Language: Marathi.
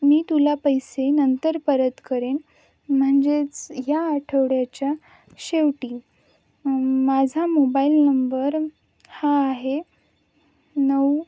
मी तुला पैसे नंतर परत करेन म्हणजेच या आठवड्याच्या शेवटी माझा मोबाईल नंबर हा आहे नऊ